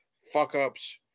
fuck-ups